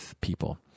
people